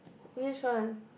which one